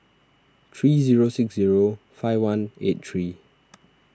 three zero six zero five one eight three